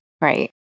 Right